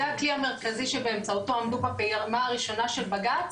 זה הכלי המרכזי שבאמצעותו עמדו בפעימה הראשונה של בג"צ.